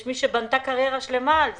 ויש מי שבנתה קריירה פוליטית שלמה על זה.